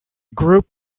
group